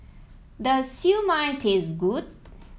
does Siew Mai taste good